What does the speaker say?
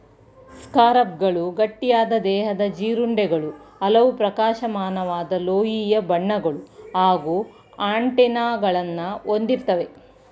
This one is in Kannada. ಸ್ಕಾರಬ್ಗಳು ಗಟ್ಟಿಯಾದ ದೇಹದ ಜೀರುಂಡೆಗಳು ಹಲವು ಪ್ರಕಾಶಮಾನವಾದ ಲೋಹೀಯ ಬಣ್ಣಗಳು ಹಾಗೂ ಆಂಟೆನಾಗಳನ್ನ ಹೊಂದಿರ್ತವೆ